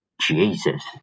Jesus